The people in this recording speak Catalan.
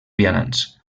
vianants